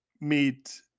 meet